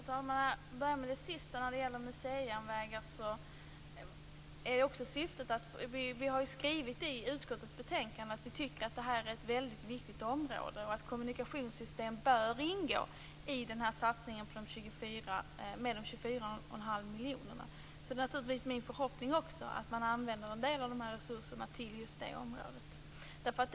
Fru talman! Jag börjar med det sista om museijärnvägar. Vi har skrivit i utskottets betänkande att vi tycker att det är ett väldigt viktigt område och att kommunikationssystem bör ingå i satsningen med de 24,5 miljonerna. Det är naturligtvis också min förhoppning att man använder en del av de resurserna på det området.